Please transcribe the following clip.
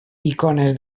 icones